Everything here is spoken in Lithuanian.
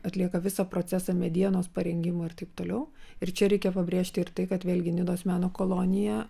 atlieka visą procesą medienos parengimo ir taip toliau ir čia reikia pabrėžti ir tai kad vėlgi nidos meno kolonija